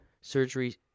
surgery